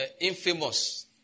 infamous